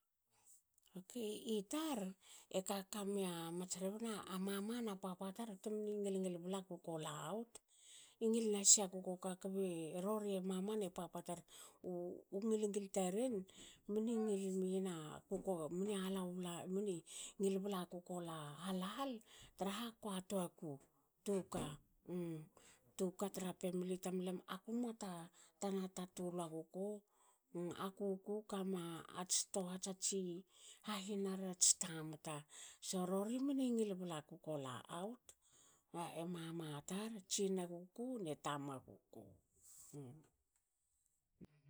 Okei i tar e kaka mia mats rebna a mama na papa tar timini ngil ngil bla kuko la aut. i ngil nasia kuko ka kbe rorie mama ne papa tar u ngil ngil taren mni ngil miyin a kuko mne alao bla mni alao bla kuko la hal hal traha kua toaku tuka. tuka tra pemili tamlam aku muata tana ta tuluaguku. aku kama ats tohats atsi hahinar ats tamta so rori mni ngil bla kuko la aut e mama tar tsinaguku ne tamagu ku